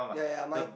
ya ya mine